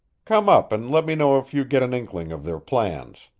come up and let me know if you get an inkling of their plans.